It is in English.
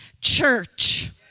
church